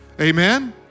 Amen